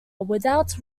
without